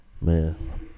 Man